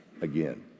again